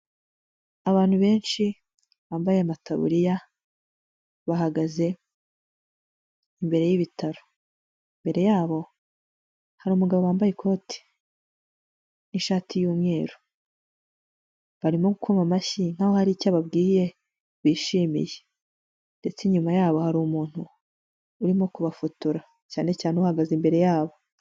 Abantu benshi bambaye amataburiya, bahagaze imbere y'ibitaro. Imbere yabo hari umugabo wambaye ikote n'ishati y'umweru. Barimo gukoma amashyi nk'aho hari icyo ababwiye bishimiye. Ndetse inyuma yabo hari umuntu urimo kubafotora. Cyane cyane uhagaze imbere yabo.